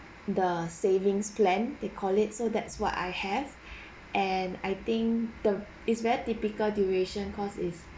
the savings plan they call it so that's what I have and I think the it's very typical duration cause it's